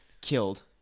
killed